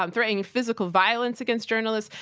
um threatening physical violence against journalists.